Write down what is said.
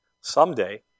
someday